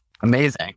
Amazing